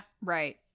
right